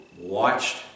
watched